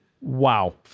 Wow